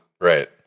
Right